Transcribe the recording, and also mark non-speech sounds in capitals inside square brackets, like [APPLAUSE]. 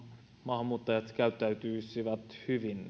maahanmuuttajat käyttäytyisivät hyvin [UNINTELLIGIBLE]